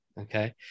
okay